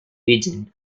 region